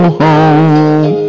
home